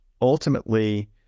ultimately